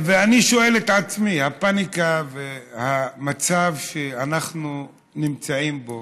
אני שואל את עצמי, הפניקה והמצב שאנחנו נמצאים בו,